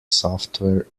software